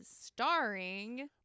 Starring